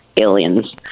aliens